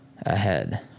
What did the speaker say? ahead